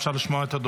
אפשר לשמוע את הדובר?